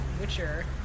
Witcher